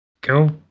go